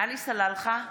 עלי סלאלחה,